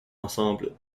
ensemble